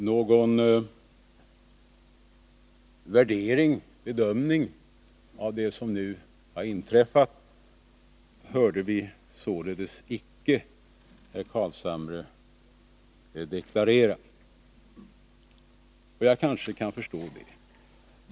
Någon värdering eller bedömning av det som nu har inträffat hörde vi således icke herr Carlshamre deklarera. Jag kan t.o.m. kanske förstå det.